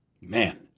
man